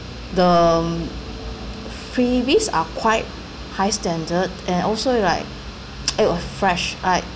the freebies are quite high standard and also like it was fresh like